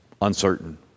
uncertain